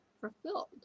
fulfilled